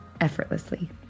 effortlessly